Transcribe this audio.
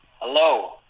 hello